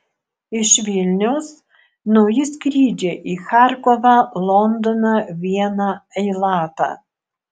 iš vilniaus nauji skrydžiai į charkovą londoną vieną eilatą